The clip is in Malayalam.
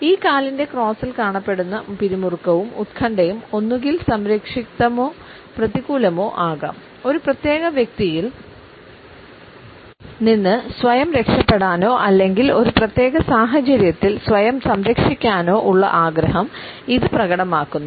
ഈ കാലിൻറെ ക്രോസിൽ കാണപ്പെടുന്ന പിരിമുറുക്കവും ഉത്കണ്ഠയും ഒന്നുകിൽ സംരക്ഷിതമോ പ്രതികൂലമോ ആകാം ഒരു പ്രത്യേക വ്യക്തിയിൽ നിന്ന് സ്വയം രക്ഷപ്പെടാനോ അല്ലെങ്കിൽ ഒരു പ്രത്യേക സാഹചര്യത്തിൽ സ്വയം സംരക്ഷിക്കാനോ ഉള്ള ആഗ്രഹം ഇത് പ്രകടമാക്കുന്നു